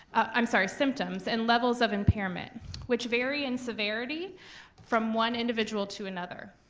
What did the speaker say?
i'm sorry, symptoms and levels of impairment which vary in severity from one individual to another.